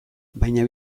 baina